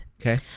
Okay